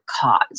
cause